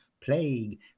plague